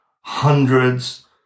hundreds